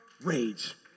rage